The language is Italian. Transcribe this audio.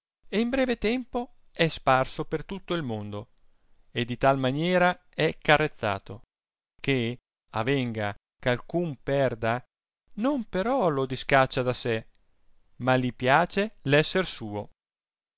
e in breve tempo è sparso per tutto il mondo e di tal maniera è carezzato che avenga eh alcun perda non però lo discaccia da sé ma li piace esser suo